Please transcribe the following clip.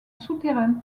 souterrain